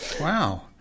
wow